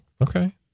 okay